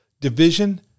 Division